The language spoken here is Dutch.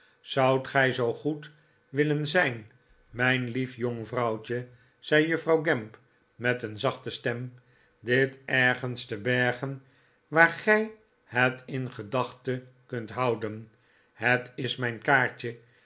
zoudt gij zoo goed willen zijn mijn lief jong vrouwtje zei juffrouw gamp met een zachte stem dit ergens te bergen waar gij het in gedachte kunt houden het is mijn kaartje